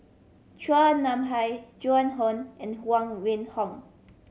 Chua Nam Hai Joan Hon and Huang Wenhong